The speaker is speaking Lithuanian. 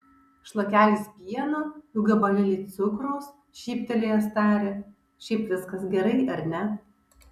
šlakelis pieno du gabalėliai cukraus šyptelėjęs tarė šiaip viskas gerai ar ne